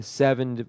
seven